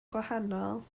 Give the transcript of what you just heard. gwahanol